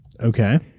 Okay